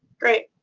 great.